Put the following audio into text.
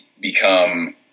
become